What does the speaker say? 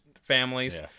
families